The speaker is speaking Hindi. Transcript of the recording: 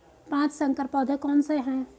पाँच संकर पौधे कौन से हैं?